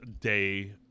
day